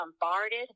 bombarded